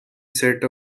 set